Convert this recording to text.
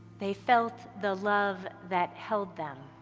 they felt the love that held them,